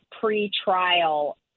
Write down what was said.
pre-trial